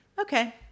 okay